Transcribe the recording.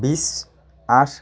বিছ আঠ